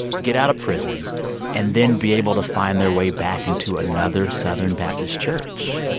get out of prison and then be able to find their way back into another southern baptist church.